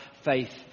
faith